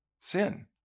Sin